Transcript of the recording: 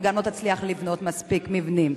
וגם לא תצליח לבנות מספיק מבנים.